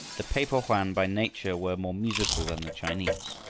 the pe-po-hoan by nature were more musical than the chinese,